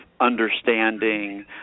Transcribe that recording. understanding